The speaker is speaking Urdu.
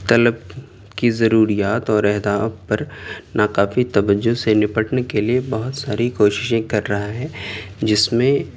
طلب کی ضروریات اور اہداف پر ناکافی توجہ سے نپٹنے کے لیے بہت ساری کوششیں کر رہا ہے جس میں